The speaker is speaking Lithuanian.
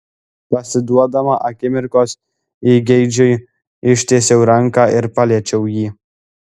pasiduodama akimirkos įgeidžiui ištiesiau ranką ir paliečiau jį